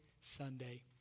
Sunday